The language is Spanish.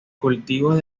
cultivos